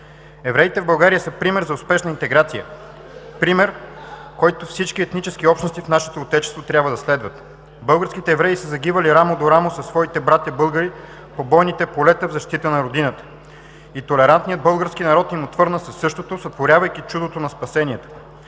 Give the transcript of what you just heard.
Евреите в България са пример за успешна интеграция, пример, който всички етнически общности в нашето Отечество трябва да следват. Българските евреи са загивали рамо до рамо със своите братя българи по бойните полета в защита на Родината и толерантният български народ им отвърна със същото, сътворявайки чудото на спасението.